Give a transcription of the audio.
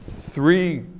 three